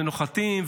נוחתים,